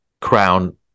crown